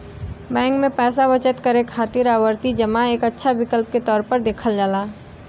bank में पैसा बचत करे खातिर आवर्ती जमा एक अच्छा विकल्प के तौर पर देखल जाला